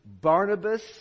Barnabas